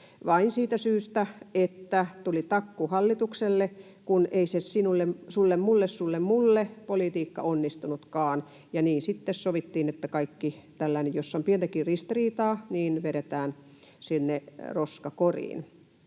vain siitä syystä, että tuli takku hallitukselle, kun ei sulle—mulle—sulle—mulle-politiikka onnistunutkaan, ja niin sitten sovittiin, että kaikki tällainen, jossa on pientäkin ristiriitaa, vedetään sinne roskakoriin.